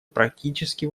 практически